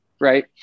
right